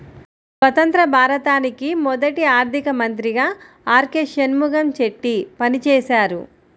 స్వతంత్య్ర భారతానికి మొదటి ఆర్థిక మంత్రిగా ఆర్.కె షణ్ముగం చెట్టి పనిచేసారు